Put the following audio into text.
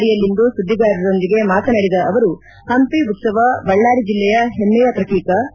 ಬಳ್ಕಾರಿಯಲ್ಲಿಂದು ಸುದ್ದಿಗಾರರೊಂದಿಗೆ ಮಾತನಾಡಿದ ಅವರು ಹಂಪಿ ಉತ್ಸವ ಬಳ್ಳಾರಿ ಜಿಲ್ಲೆಯ ಹೆಮ್ನೆಯ ಪ್ರತೀಕ